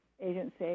agency